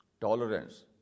tolerance